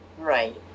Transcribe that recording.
Right